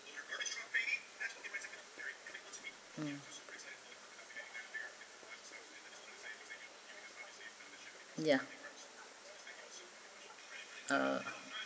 mm ya uh